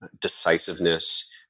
decisiveness